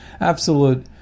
absolute